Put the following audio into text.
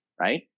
Right